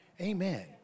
Amen